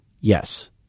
Yes